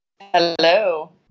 hello